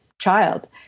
child